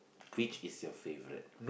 which is your favourite